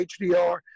HDR